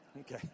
Okay